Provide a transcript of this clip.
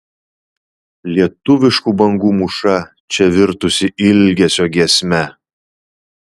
lietuviškų bangų mūša čia virtusi ilgesio giesme